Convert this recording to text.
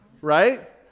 Right